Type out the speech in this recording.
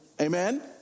Amen